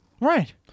right